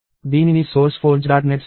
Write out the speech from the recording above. దీనిని sourceforge